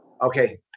Okay